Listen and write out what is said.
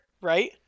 right